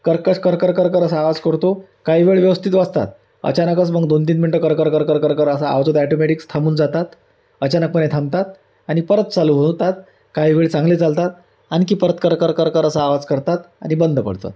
कर्कश कर कर कर कर असा आवाज करतो काही वेळ व्यवस्थित वाजतात अचानकच मग दोन तीन मिनिटं कर कर कर कर कर कर असा आवाज होत ॲटोमॅटिक थांबून जात अचानकपणे हे थांबतात आणि परत चालू होतात काही वेळ चांगले चालतात आणखी परत कर कर कर कर असा आवाज करतात आणि बंद पडतो